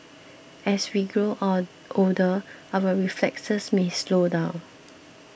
as we grow older our reflexes may slow down